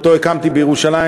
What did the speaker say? שהקמתי בירושלים,